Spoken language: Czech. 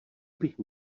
bych